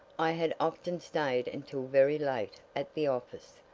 i had often stayed until very late at the office,